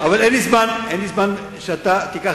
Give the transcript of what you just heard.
שתי מדינות.